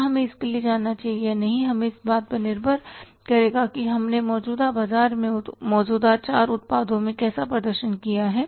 क्या हमें उसके लिए जाना चाहिए या नहीं यह इस बात पर निर्भर करेगा कि हमने मौजूदा बाजार में मौजूदा चार उत्पादों में कैसा प्रदर्शन किया है